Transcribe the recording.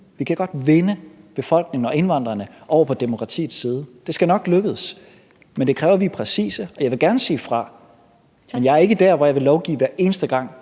vi kan godt vinde befolkningen og indvandrerne over på demokratiets side. Det skal nok lykkes, men det kræver, at vi er præcise, og jeg vil gerne sige fra, men jeg er ikke der, hvor jeg vil lovgive, hver eneste gang